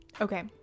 Okay